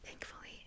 Thankfully